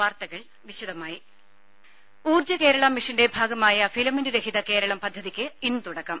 വാർത്തകൾ വിശദമായി ഊർജ്ജ കേരള മിഷന്റെ ഭാഗമായ ഫിലമെന്റ് രഹിത കേരളം പദ്ധതിക്ക് ഇന്ന് തുടക്കം